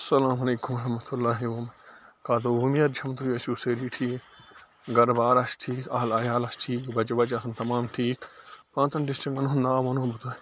اسلام علیکم ورحمتہ اللہِ وَبراکاتُہ وُمید چھَم تُہۍ ٲسِو سٲری ٹھیٖک گرٕ بار آسہِ ٹھیٖک اہلو عییال آسہِ ٹھیٖک بَچہِ وَچہِ آسَن تَمام ٹھیٖک پانٛژَن ڈِسٹرکَن ہُنٛد ناو وَنہو بہٕ تۄہہِ